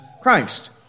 Christ